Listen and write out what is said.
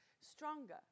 stronger